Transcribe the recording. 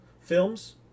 films